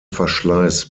verschleiß